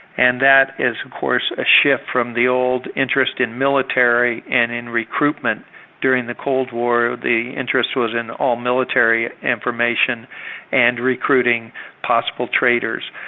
and that is of course a shift from the old interest in military and in recruitment during the cold war, the interest was in all military information and recruiting possible traitors,